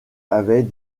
avait